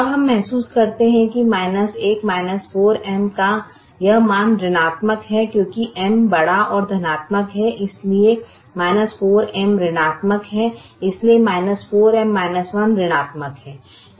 अब हम महसूस करते हैं कि 1 4M का यह मान ऋणात्मक है क्योंकि M बड़ा और धनात्मक है इसलिए 4M ऋणात्मक है इसलिए 4M 1 ऋणात्मक है